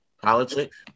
politics